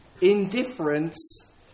indifference